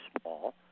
small